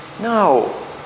no